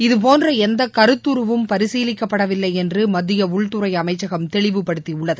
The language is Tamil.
இதுபோன்ற எந்த கருத்துருவும் பரிசீலிக்கப்படவில்லை என்று மத்திய உள்துறை அமைச்சகம் தெளிவுபடுத்தியுள்ளது